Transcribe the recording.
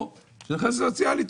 או זה סוציאלי,